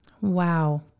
wow